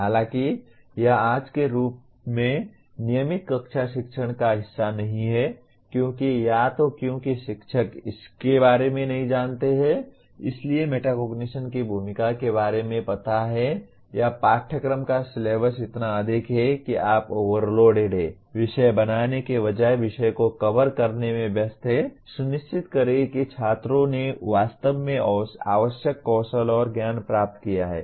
हालांकि यह आज के रूप में नियमित कक्षा शिक्षण का हिस्सा नहीं है क्योंकि या तो क्योंकि शिक्षक इसके बारे में नहीं जानते हैं इसलिए मेटाकोग्निशन की भूमिका के बारे में पता है या पाठ्यक्रम का सिलेबस इतना अधिक है कि आप ओवरलोडेड हैं विषय बनाने के बजाय विषय को कवर करने में व्यस्त हैं सुनिश्चित करें कि छात्रों ने वास्तव में आवश्यक कौशल और ज्ञान प्राप्त किया है